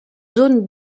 zone